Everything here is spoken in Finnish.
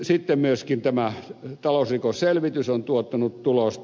sitten myöskin tämä talousrikosselvitys on tuottanut tulosta